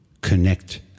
Connect